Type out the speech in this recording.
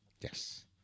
yes